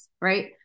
right